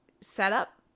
setup